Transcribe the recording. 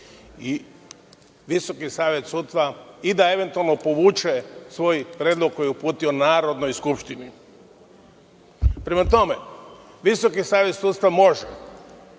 i da eventualno povuče svoj predlog koji je uputio Narodnoj skupštini. Prema tome, Visoki savet sudstva može